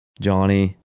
Johnny